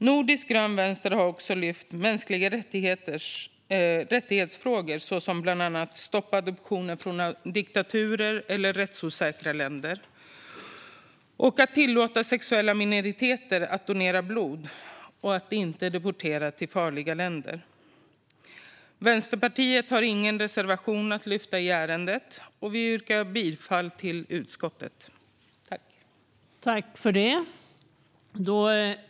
Nordisk grön vänster har också lyft fram frågor om mänskliga rättigheter såsom bland annat att stoppa adoptioner från diktaturer och rättsosäkra länder, att tillåta sexuella minoriteter att donera blod och att inte deportera till farliga länder. Vänsterpartiet har ingen reservation att lyfta fram i ärendet. Vi yrkar bifall till utskottets förslag till beslut.